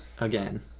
again